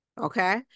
Okay